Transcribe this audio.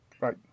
Right